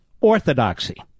Orthodoxy